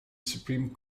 supreme